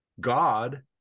God